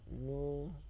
no